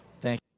Thank